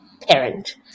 parent